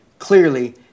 Clearly